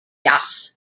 yass